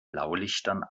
blaulichtern